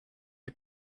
you